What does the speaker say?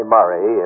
Murray